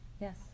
Yes